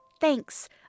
Thanks